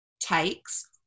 takes